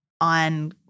on